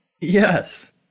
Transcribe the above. Yes